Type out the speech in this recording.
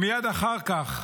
מייד אחר כך